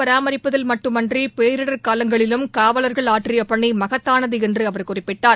பராமரிப்பதில் மட்டுமன்றிபேரிடர் காலங்களிலும் சட்டஒழுங்கை காவலர்கள் ஆற்றியபணிமகத்தானதுஎன்றுஅவர் குறிப்பிட்டார்